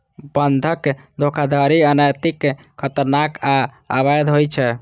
बंधक धोखाधड़ी अनैतिक, खतरनाक आ अवैध होइ छै